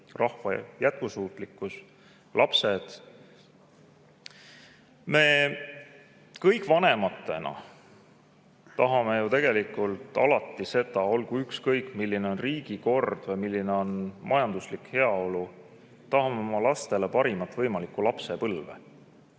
rahva jätkusuutlikkus, lapsed. Me kõik vanematena tahame ju tegelikult alati, olgu ükskõik milline riigikord või milline majanduslik heaolu, lastele parimat võimalikku lapsepõlve.